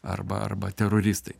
arba arba teroristai